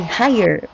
higher